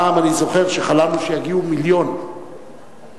פעם, אני זוכר שחלמנו שיגיעו מיליון תיירים,